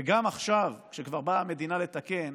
וגם עכשיו, כשכבר באה המדינה לתקן,